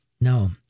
No